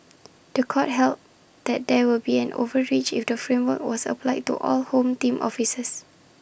The Court held that there would be an overreach if the framework was applied to all home team officers